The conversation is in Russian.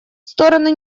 стороны